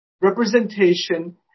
representation